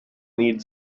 need